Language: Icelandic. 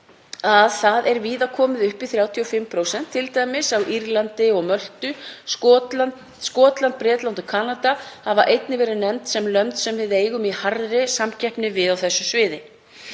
er það víða komið upp í 35%, t.d. á Írlandi og Möltu. Skotland, Bretland og Kanada hafa einnig verið nefnd sem lönd sem við eigum í harðri samkeppni við á þessu sviði.